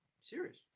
Serious